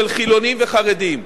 של חילונים וחרדים,